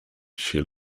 she